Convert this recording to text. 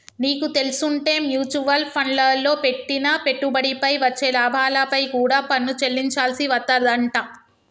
నీకు తెల్సుంటే మ్యూచవల్ ఫండ్లల్లో పెట్టిన పెట్టుబడిపై వచ్చే లాభాలపై కూడా పన్ను చెల్లించాల్సి వత్తదంట